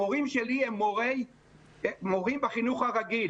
המורים שלי הם מורים בחינוך הרגיל.